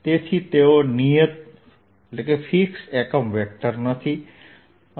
તેથી તેઓ નિયત એકમ વેક્ટર નથી